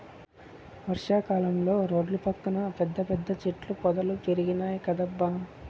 వర్షా కాలంలో రోడ్ల పక్కన పెద్ద పెద్ద చెట్ల పొదలు పెరిగినాయ్ కదబ్బా